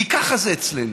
כי ככה זה אצלנו,